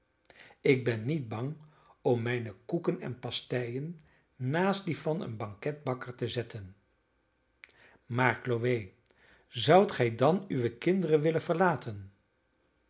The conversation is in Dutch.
ik ben niet bang om mijne koeken en pasteien naast die van een banketbakker te zetten maar chloe zoudt gij dan uwe kinderen willen verlaten